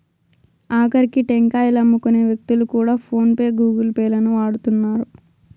ఆకరికి టెంకాయలమ్ముకునే వ్యక్తులు కూడా ఫోన్ పే గూగుల్ పే లను వాడుతున్నారు